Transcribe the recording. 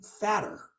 fatter